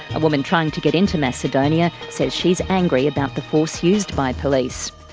a woman trying to get into macedonia says she is angry about the force used by police.